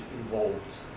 involved